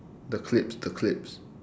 the clips the clips